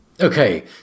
Okay